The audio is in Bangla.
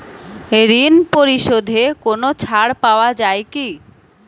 ঋণ পরিশধে কোনো ছাড় পাওয়া যায় কি?